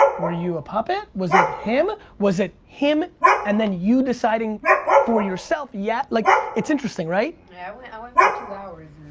were you a puppet, was it him, was it him and then you deciding for yourself, yes. like it's interesting right? yeah, i went i went for two hours